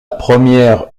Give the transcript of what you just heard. première